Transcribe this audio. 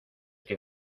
que